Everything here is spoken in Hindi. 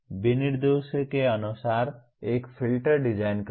विनिर्देशों के अनुसार एक फ़िल्टर डिज़ाइन करना